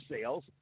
sales